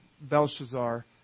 Belshazzar